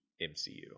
MCU